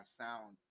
sound